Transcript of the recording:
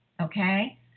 okay